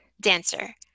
dancer